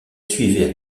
suivait